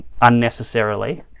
unnecessarily